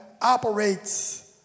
operates